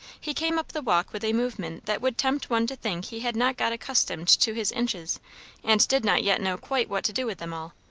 he came up the walk with a movement that would tempt one to think he had not got accustomed to his inches and did not yet know quite what to do with them all.